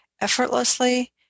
effortlessly